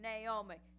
naomi